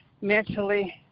mentally